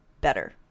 better